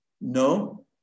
No